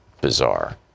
bizarre